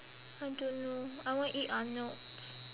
I don't know I want eat arnolds